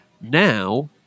Now